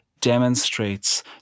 demonstrates